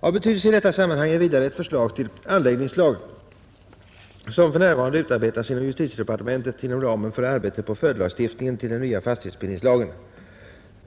Av betydelse i detta sammanhang är vidare ett förslag till anläggningslag som för närvarande utarbetas inom justitiedepartementet inom ramen för arbetet på följdlagstiftningen till den nya fastighetsbildningslagen.